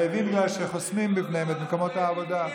רעבים בגלל שחוסמים בפניהם את מקומות העבודה.